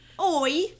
Oi